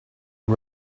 and